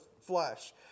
flesh